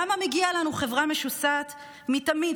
למה מגיע לנו חברה משוסעת מתמיד,